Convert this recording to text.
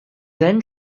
then